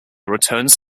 returned